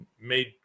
Made